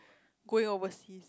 going overseas